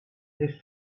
hilft